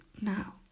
Now